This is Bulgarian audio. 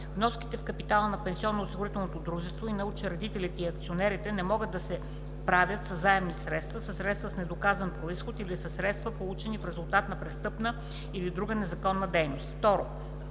Вноските в капитала на пенсионноосигурителното дружество на учредителите и акционерите не могат да се правят със заемни средства, със средства с недоказан произход или със средства, получени в резултат на престъпна или друга незаконна дейност.”